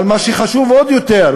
אבל מה שחשוב עוד יותר,